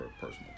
personal